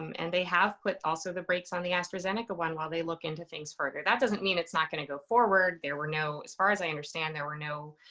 and they have put also the brakes on the astrazeneca one while they look into things further. that doesn't mean it's not going to go forward. there were no as far as i understand, there were no,